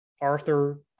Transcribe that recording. Arthur